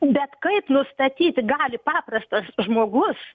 bet kaip nustatyti gali paprastas žmogus